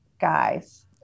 guys